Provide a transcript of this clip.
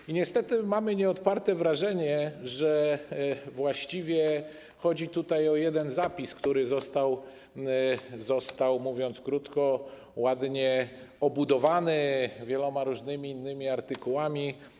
I niestety mamy nieodparte wrażenie, że właściwie chodzi tutaj o jeden zapis, który został, mówiąc krótko, ładnie obudowany wieloma różnymi innymi artykułami.